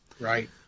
Right